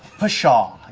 pshaw!